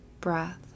breath